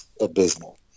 abysmal